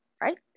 Right